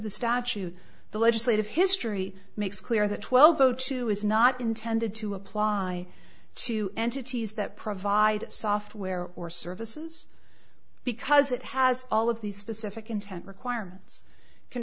the statute the legislative history makes clear that twelve o two is not intended to apply to entities that provide software or services because it has all of these specific intent requirements c